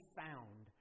found